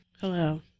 Hello